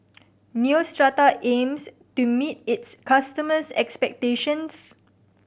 Neostrata aims to meet its customers' expectations